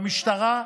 במשטרה,